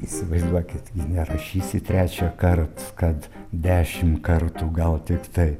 įsivaizduokit gi nerašysi trečią kart kad dešimt kartų gal tik tai